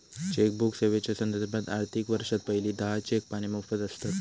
chequebook सेवेच्यो संदर्भात, आर्थिक वर्षात पहिली दहा चेक पाने मोफत आसतत